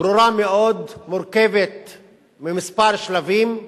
ברורה מאוד, מורכבת מכמה שלבים: